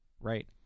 right